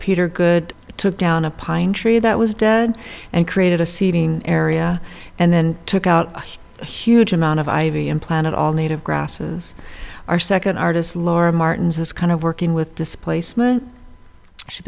peter good to down a pine tree that was dead and created a seeding area and then took out a huge amount of ivy and planted all native grasses are second artist laura martin's this kind of working with displacement she